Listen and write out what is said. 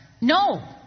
No